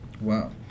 Wow